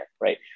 right